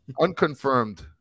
unconfirmed